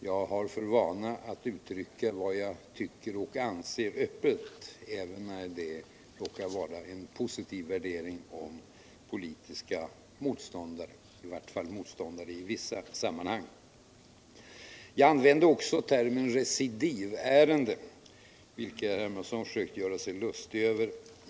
Jag har för vana att uttala vad jag tycker och anser öppet, även när det råkar vara en positiv värdering av dem som i vart fall i vissa sammanhang är politiska motståndare. Jag använde också termen ”recidivärenden”, vilket herr Hermansson försökte göra sig lustig över.